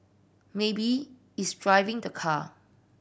maybe it's driving the car